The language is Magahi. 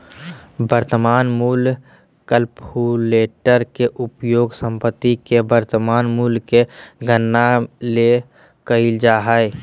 वर्तमान मूल्य कलकुलेटर के उपयोग संपत्ति के वर्तमान मूल्य के गणना ले कइल जा हइ